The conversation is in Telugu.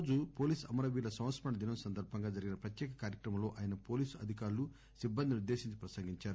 ఈ రోజు పోలీసు అమర వీరుల సంస్కరణ దినం సదర్భంగా జరిగిన ప్రత్యేక్కార్యక్రమంలో ఆయన పోలీసు అధికారులు సిబ్బందిని ఉద్దేశించి ప్రసంగిందారు